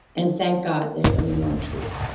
and thank god there's only one truth,